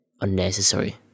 unnecessary